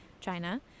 China